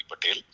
Patel